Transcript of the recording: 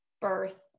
birth